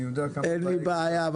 אין לי בעיה,